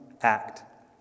act